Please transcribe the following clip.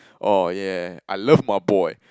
oh yeah I love my boy